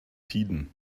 tiden